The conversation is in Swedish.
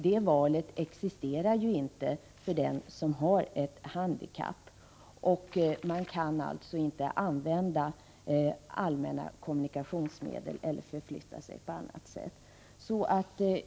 Det valet existerar inte för den som har ett handikapp och som inte kan använda allmänna kommunikationsmedel eller förflytta sig på annat sätt än med bil.